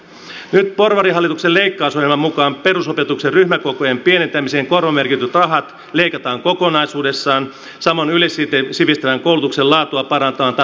nyt porvarihallituksen leikkausohjelman mukaan perusopetuksen ryhmäkokojen pienentämiseen korvamerkityt rahat leikataan kokonaisuudessaan samoin yleissivistävän koulutuksen laatua parantamaan tarkoitetut rahat